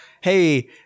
hey